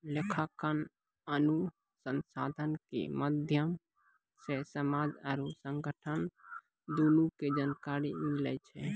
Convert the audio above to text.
लेखांकन अनुसन्धान के माध्यम से समाज आरु संगठन दुनू के जानकारी मिलै छै